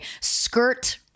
skirt